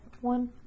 one